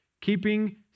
keeping